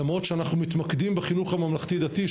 למרות שאנחנו מתמקדים בחינוך הממלכתי-דתי,